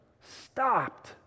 stopped